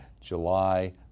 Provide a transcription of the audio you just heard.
July